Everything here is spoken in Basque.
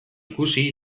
ikusi